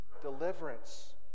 deliverance